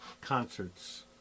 concerts